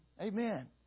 Amen